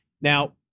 Now